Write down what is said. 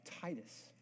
Titus